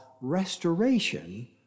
restoration